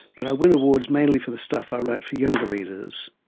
but i win awards mainly for the stuff i write for younger readers.